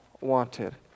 wanted